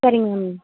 சரிங்க மேம்